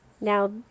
Now